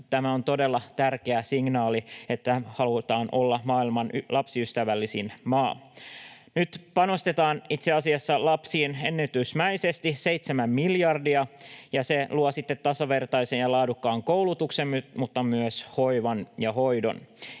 Tämä on todella tärkeä signaali, että halutaan olla maailman lapsiystävällisin maa. Nyt panostetaan lapsiin itse asiassa ennätysmäisesti, seitsemän miljardia, ja se luo sitten tasavertaisen ja laadukkaan koulutuksen mutta myös hoivan ja hoidon,